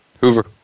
Hoover